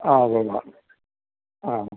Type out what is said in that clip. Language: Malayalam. ആ ഉവ്വ് ഉവ്വ് ആ